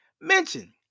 Mention